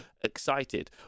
excited